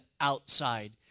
outside